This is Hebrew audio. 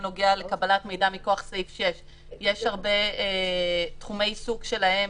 הנוגע לקבלת מידע מכוח סעיף 6. יש הרבה תחומי עיסוק שלהם,